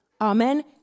Amen